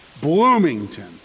Bloomington